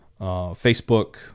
Facebook